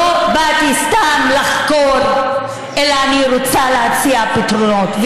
לא באתי סתם לחקור, אלא אני רוצה להציע פתרונות.